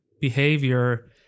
behavior